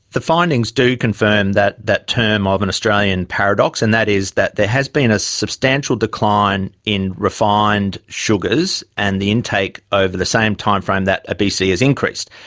the findings do confirm that that term ah of an australian paradox, and that is that there has been a substantial decline in refined sugars and the intake over the same timeframe that obesity has increased.